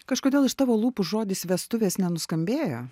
kažkodėl iš tavo lūpų žodis vestuvės nenuskambėjo